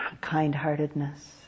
kind-heartedness